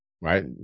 right